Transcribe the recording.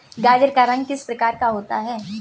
गाजर का रंग किस प्रकार का होता है?